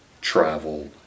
travel